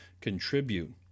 contribute